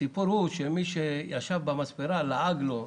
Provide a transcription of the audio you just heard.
הסיפור הוא שמי שישב במספרה לעג לו,